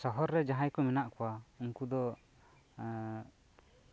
ᱥᱚᱦᱚᱨ ᱨᱮ ᱡᱟᱦᱟᱸᱭ ᱠᱚ ᱢᱮᱱᱟᱜ ᱠᱚᱣᱟᱟ ᱩᱱᱠᱩ ᱫᱚ